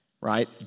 right